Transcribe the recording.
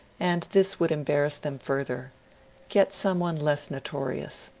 and this would embarrass them further get some one less notorious.